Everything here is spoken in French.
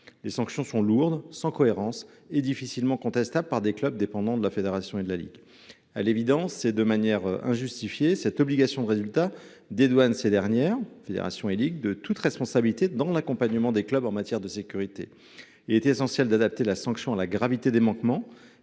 les sanctions sont lourdes, sans cohérence et difficilement contestables par des clubs dépendants de la Fédération et de la Ligue. À l’évidence, cette obligation de résultat dédouane, de façon injustifiée, ces dernières de toute responsabilité dans l’accompagnement des clubs en matière de sécurité. Il est essentiel d’adapter la sanction à la gravité des manquements